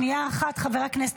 שנייה אחת, חבר הכנסת.